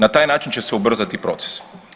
Na taj način će se ubrzati proces.